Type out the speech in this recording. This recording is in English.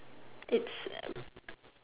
it's uh